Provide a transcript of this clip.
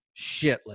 shitless